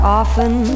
often